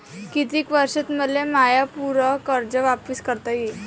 कितीक वर्षात मले माय पूर कर्ज वापिस करता येईन?